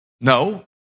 No